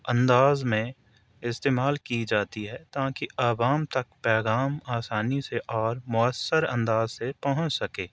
انداز میں استعمال کی جاتی ہے تاکہ عوام تک پیغام آسانی سے اور مؤثر انداز سے پہنچ سکے